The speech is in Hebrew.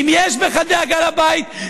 אם יש בך דאגה לבית,